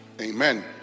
Amen